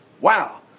Wow